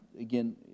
again